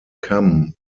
kamm